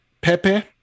Pepe